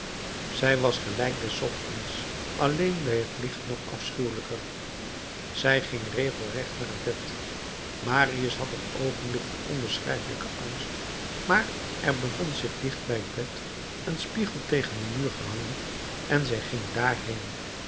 zij was gelijk des ochtends alleen bij het licht nog afschuwelijker zij ging regelrecht naar het bed marius had een oogenblik van onbeschrijfelijken angst maar er bevond zich dicht bij t bed een spiegel tegen den muur gehangen en zij ging